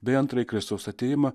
bei antrąjį kristaus atėjimą